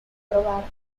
probar